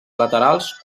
laterals